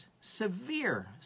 severe